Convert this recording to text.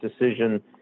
decision